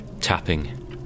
tapping